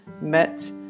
met